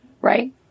right